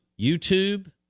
YouTube